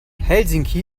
helsinki